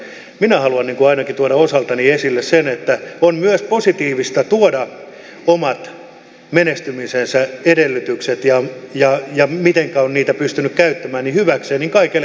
minä haluan ainakin tuoda osaltani esille sen että on myös positiivista tuoda omat menestymisensä edellytykset ja se mitenkä on niitä pystynyt käyttämään hyväkseen kaikelle kansalle tiedoksi